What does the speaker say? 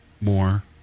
more